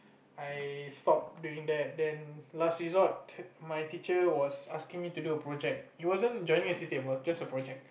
I stopped doing that then last resort my teacher was asking me to do a project it wasn't joining a C_C_A it was just a project